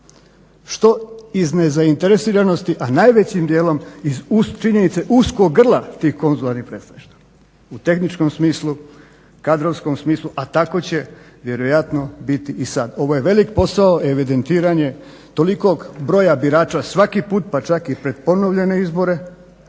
što iz nezainteresiranosti a najvećim dijelom i činjenice uskog grla tih konzularnih predstavništava. U tehničkom smislu, kadrovskom smislu a tako će vjerojatno biti i sad. Ovo je velik posao, evidentiranje tolikog broja birača svaki put, pa čak i pred ponovljene izbore